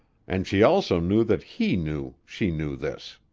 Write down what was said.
and she also knew that he knew she knew this.